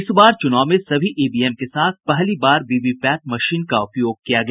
इस बार चु्नाव में सभी ईवीएम के साथ पहली बार वीवीपैट मशीन का उपयोग किया गया